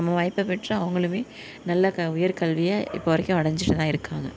சம வாய்ப்பு பெற்று அவங்களுமே நல்ல உயர்கல்வியை இப்போ வரைக்கும் அடைஞ்சிட்டுதான் இருக்காங்க